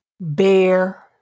bear